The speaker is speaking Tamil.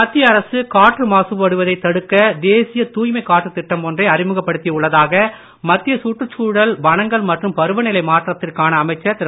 மத்திய அரசு காற்று மாசுபடுவதைத் தடுக்க தேசிய தூய்மைக் காற்றுத் திட்டம் ஒன்றை அறிமுகப் படுத்தி உள்ளதாக மத்திய சுற்றுச்சூழல் வனங்கள் மற்றும் பருவநிலை மாற்றத்திற்கான அமைச்சர் திரு